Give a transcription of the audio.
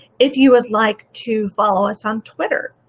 if you would like to follow us on twitter,